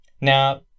Now